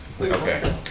Okay